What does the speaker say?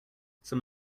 some